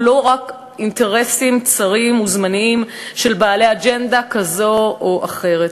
ולא רק אינטרסים צרים וזמניים של בעלי אג'נדה כזו או אחרת.